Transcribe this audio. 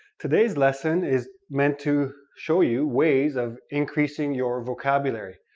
today's lesson is meant to show you ways of increasing your vocabulary.